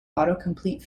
autocomplete